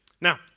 Now